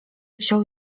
wziął